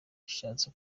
bishatse